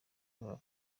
babo